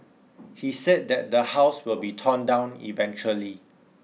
he said that the house will be torn down eventually